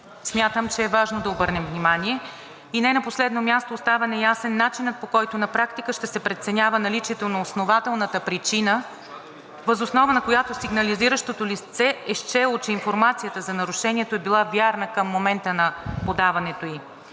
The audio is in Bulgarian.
Смятам, че е важно да обърнем внимание. И не на последно място, остава неясен начинът, по който на практика ще се преценява наличието на основателната причина, въз основа на която сигнализиращото лице е счело, че информацията за нарушението е била вярна към момента на подаването ѝ.